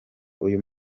uyu